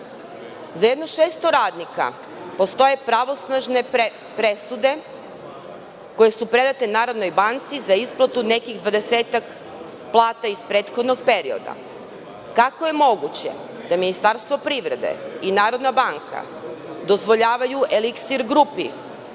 Za 600 radnika postoje pravosnažne presude koje su predate Narodnoj banci za isplatu nekih 20-ak plata iz prethodnog perioda. Kako je moguće da Ministarstvo privrede i Narodna banka dozvoljavaju „Eliksir grupi“